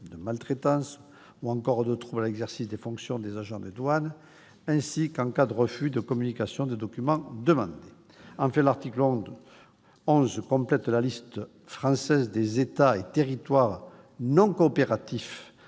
de maltraitance ou encore de troubles à l'exercice des fonctions des agents des douanes, ainsi qu'en cas de refus de communication des documents demandés. Enfin, l'article 11 complète la liste française des États et territoires non coopératifs